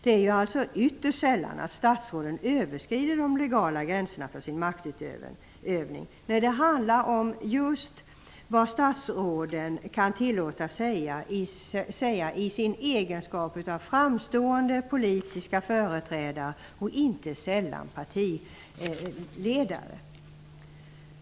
Det är ytterst sällan statsråden överskrider de legala gränserna för sin maktutövning. Nej, det handlar om just vad statsråden kan tillåtas säga i egenskap av framstående politiska företrädare och inte sällan som partiledare.